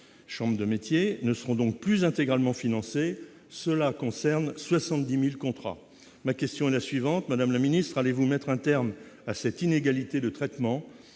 chambre des métiers » ne seront donc plus intégralement financés. Cela concerne quelque 70 000 contrats. Ma question est la suivante : madame la ministre, allez-vous mettre un terme à cette inégalité de traitement ?